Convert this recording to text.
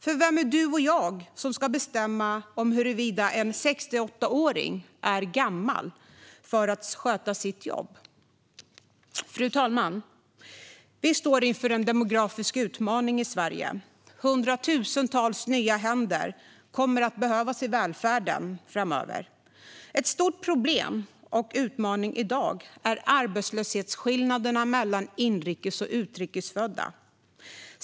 För vem är du och jag att bestämma huruvida en 68-åring är för gammal för att sköta sitt jobb? Fru talman! Vi står inför en demografisk utmaning i Sverige. Hundratusentals nya händer kommer att behövas i välfärden framöver. Ett stort problem och en stor utmaning i dag är arbetslöshetsskillnaderna mellan inrikes och utrikesfödda.